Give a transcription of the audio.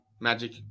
magic